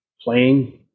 playing